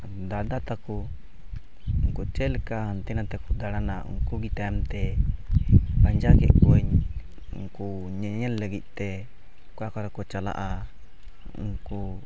ᱫᱟᱫᱟ ᱛᱟᱠᱚ ᱪᱮᱫ ᱞᱮᱠᱟ ᱦᱟᱱᱛᱮ ᱱᱟᱛᱮ ᱠᱚ ᱫᱟᱬᱟᱱᱟ ᱩᱱᱠᱩ ᱜᱮ ᱛᱟᱭᱚᱢ ᱛᱮ ᱯᱟᱸᱡᱟ ᱠᱮᱜ ᱠᱚᱣᱟᱧ ᱩᱱᱠᱩ ᱧᱮᱧᱮᱞ ᱞᱟᱹᱜᱤᱫ ᱛᱮ ᱚᱠᱟ ᱠᱚᱨᱮ ᱠᱚ ᱪᱟᱞᱟᱜᱼᱟ ᱩᱱᱠᱩ